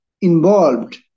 involved